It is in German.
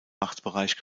machtbereich